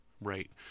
Right